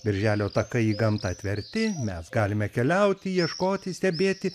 birželio takai į gamtą atverti mes galime keliauti ieškoti stebėti